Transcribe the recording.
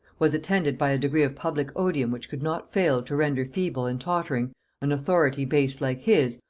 was attended by a degree of public odium which could not fail to render feeble and tottering an authority based, like his,